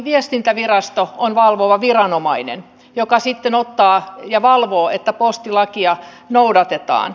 viestintävirasto on valvova viranomainen joka sitten ottaa ja valvoo että postilakia noudatetaan